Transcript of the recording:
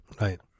Right